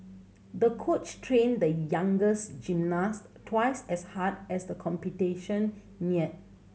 the coach trained the younger gymnast twice as hard as the competition neared